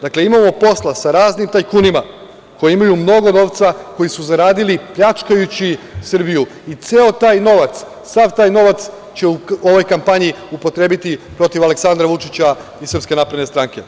Dakle, imamo posla sa raznim tajkunima koji imaju mnogo novca, koji su zaradili pljačkajući Srbiju i ceo taj novac, sav taj novac će u ovoj kampanji upotrebiti protiv Aleksandra Vučića iz SNS.